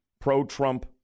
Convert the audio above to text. pro-Trump